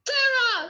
Tara